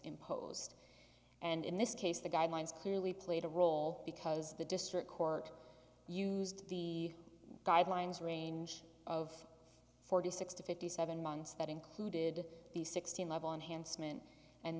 imposed and in this case the guidelines clearly played a role because the district court used the guidelines range of forty six to fifty seven months that included the sixteen level enhanced men and